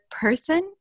person